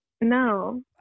No